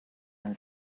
her